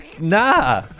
Nah